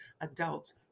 adults